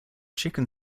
chicken